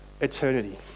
eternity